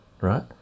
right